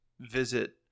visit